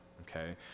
okay